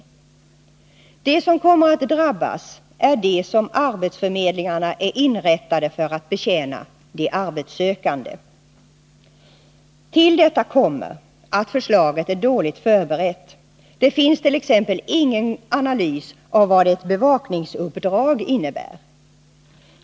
De som kommer att drabbas är de som arbetsförmedlingarna är inrättade för att betjäna, dvs. de arbetssökande. Till detta kommer att förslaget är dåligt förberett. Det finns t.ex. ingen analys av vad ett s.k. bevakningsuppdrag innebär.